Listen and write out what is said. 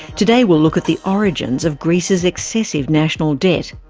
today we'll look at the origins of greece's excessive national debt.